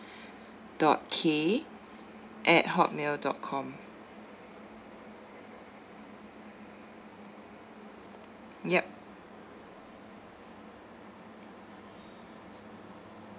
dot K at hotmail dot com yup